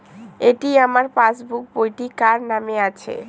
এটি আমার পাসবুক বইটি কার নামে আছে?